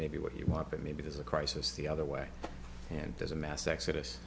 maybe what you want but maybe there's a crisis the other way and there's a mass exodus